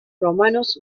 romanos